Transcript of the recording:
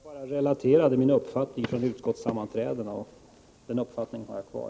Fru talman! Jag bara relaterade min uppfattning från utskottssammanträdena, och den uppfattningen har jag kvar.